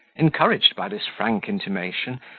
encouraged by this frank intimation,